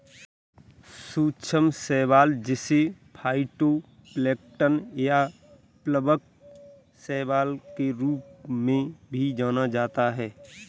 सूक्ष्म शैवाल जिसे फाइटोप्लैंक्टन या प्लवक शैवाल के रूप में भी जाना जाता है